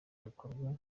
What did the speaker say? bikorwa